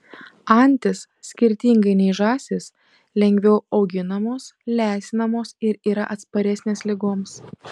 antys skirtingai nei žąsys lengviau auginamos lesinamos ir yra atsparesnės ligoms